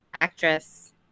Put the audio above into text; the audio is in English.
actress